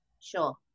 Sure